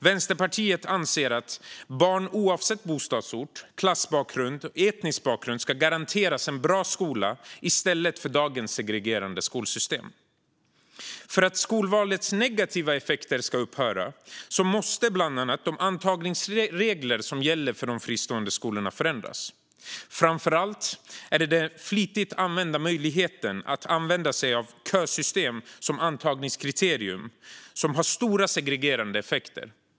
Vänsterpartiet anser att barn oavsett bostadsort, klassbakgrund och etnisk bakgrund ska garanteras en bra skola i stället för dagens segregerande skolsystem. För att skolvalets negativa effekter ska upphöra måste bland annat de antagningsregler som gäller för de fristående skolorna förändras. Framför allt är det den flitigt använda möjligheten att använda sig av kösystem som antagningskriterium som har stora segregerande effekter.